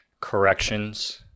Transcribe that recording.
corrections